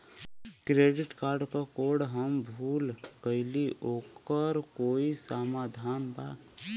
Credit card क code हम भूल गइली ओकर कोई समाधान बा?